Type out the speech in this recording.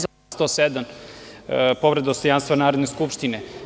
Član 107. povreda dostojanstva Narodne skupštine.